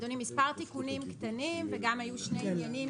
אדוני מספר תיקונים קטנים וגם היו שני עניינים